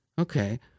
Okay